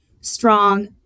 strong